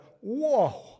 whoa